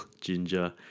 ginger